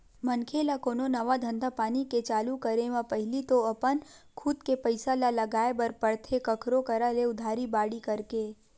मनखे ल कोनो नवा धंधापानी के चालू करे म पहिली तो अपन खुद के पइसा ल लगाय बर परथे कखरो करा ले उधारी बाड़ही करके